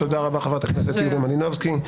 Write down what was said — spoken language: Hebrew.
תודה רבה, חברת הכנסת יוליה מלינובסקי.